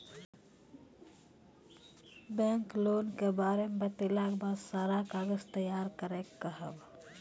Bank loan के बारे मे बतेला के बाद सारा कागज तैयार करे के कहब?